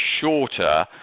shorter